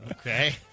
Okay